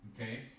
okay